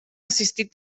assistir